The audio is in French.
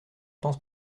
pense